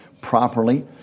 properly